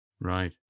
right